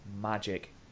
magic